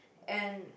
and